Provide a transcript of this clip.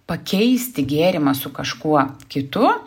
pakeisti gėrimą su kažkuo kitu